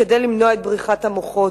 כדי למנוע את בריחת המוחות.